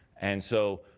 and so